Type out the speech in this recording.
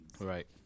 Right